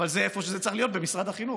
אבל זה איפה שזה צריך להיות, במשרד החינוך.